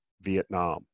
Vietnam